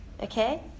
okay